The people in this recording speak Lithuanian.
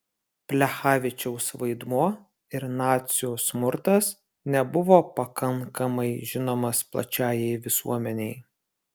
plechavičiaus vaidmuo ir nacių smurtas nebuvo pakankamai žinomas plačiajai visuomenei